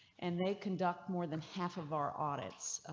and they conduct more than half of our audits.